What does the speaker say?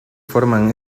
forman